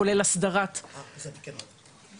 כולל הסדרת --- אז את כן אהובה.